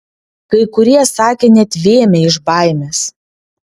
kai kurie sakė net vėmę iš baimės